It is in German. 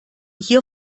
hier